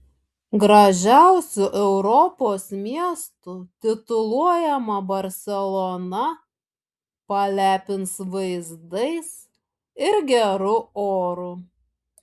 gražiausiu europos miestu tituluojama barselona palepins vaizdais ir geru oru